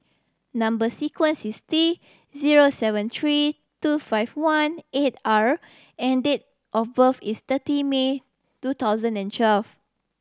number sequence is T zero seven three two five one eight R and date of birth is thirty May two thousand and twelve